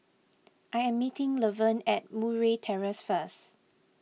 I am meeting Levern at Murray Terrace first